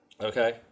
Okay